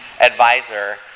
advisor